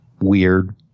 weird